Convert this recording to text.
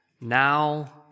now